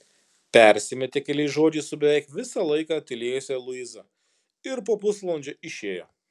persimetė keliais žodžiais su beveik visą laiką tylėjusia luiza ir po pusvalandžio išėjo